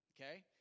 okay